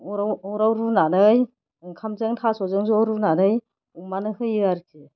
अराव रुनानै ओंखामजों थास'जों ज' रुनानै अमानो होयो आरोखि